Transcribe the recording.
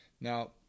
Now